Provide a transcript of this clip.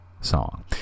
song